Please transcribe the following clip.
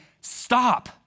stop